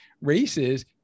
races